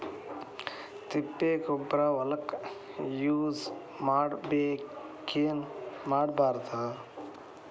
ತಿಪ್ಪಿಗೊಬ್ಬರ ಹೊಲಕ ಯೂಸ್ ಮಾಡಬೇಕೆನ್ ಮಾಡಬಾರದು?